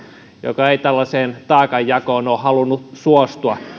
joka ei tällaiseen taakanjakoon ole halunnut suostua